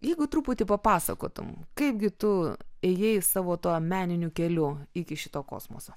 jeigu truputį papasakotum kaipgi tu ėjai savo tuo meniniu keliu iki šito kosmoso